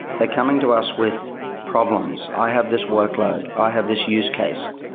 they're coming to us with problems. i have this workload. i have this use case.